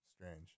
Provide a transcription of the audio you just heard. strange